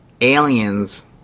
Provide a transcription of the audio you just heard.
Aliens